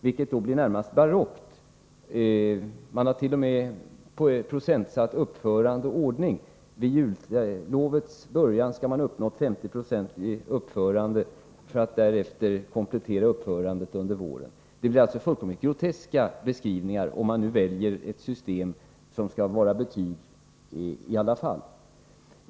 Detta blir närmast barockt. Man har t.o.m. procentsatt uppförande och ordning. Vid jullovets början skall man ha uppnått 50 96 i uppförande, för att därefter komplettera uppförandet under våren. Det blir alltså fullkomligt groteska beskrivningar om man väljer ett system som skall vara något slags betyg i alla fall.